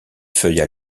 feuilles